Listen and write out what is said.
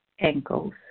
ankles